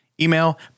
Email